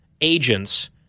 agents –